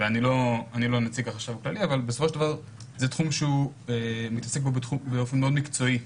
ואני לא נציג החשב הכללי זה תחום שהוא מתעסק בו באופן מאוד מקצועי.